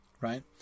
right